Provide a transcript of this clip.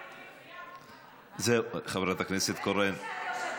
זהו, חברת הכנסת קורן.